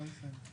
אוקיי.